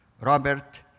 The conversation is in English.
Robert